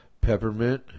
Peppermint